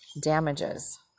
damages